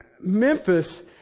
Memphis